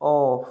off